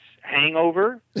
Hangover